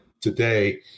today